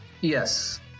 Yes